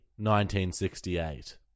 1968